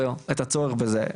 או את הצורך בזה,